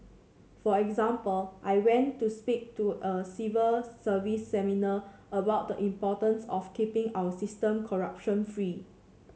for example I went to speak to a civil service seminar about the importance of keeping our system corruption free